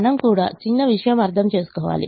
మనం కూడా చిన్న విషయం అర్థం చేసుకోవాలి